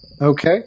Okay